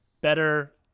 better